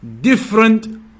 different